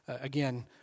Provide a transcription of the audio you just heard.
again